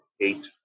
eight